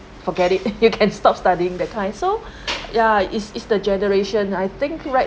forget it you can stop studying that kind so ya it's it's the generation I think right